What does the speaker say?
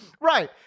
right